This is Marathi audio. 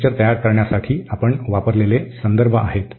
हे लेक्चर्स तयार करण्यासाठी आपण वापरलेले संदर्भ आहेत